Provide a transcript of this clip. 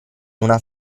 una